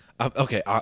Okay